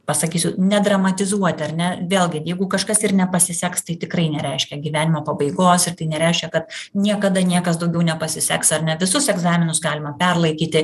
pasakysiu nedramatizuoti ar ne vėlgi jeigu kažkas ir nepasiseks tai tikrai nereiškia gyvenimo pabaigos ir tai nereiškia kad niekada niekas daugiau nepasiseks ar ne visus egzaminus galima perlaikyti